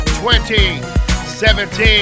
2017